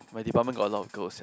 my department got a lot of girls sia